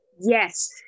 Yes